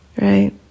right